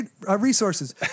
resources